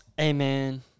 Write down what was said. Amen